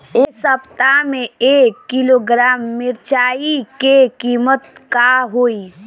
एह सप्ताह मे एक किलोग्राम मिरचाई के किमत का होई?